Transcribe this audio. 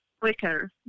quicker